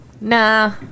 Nah